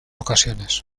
ocasiones